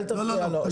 אל תפריע לו.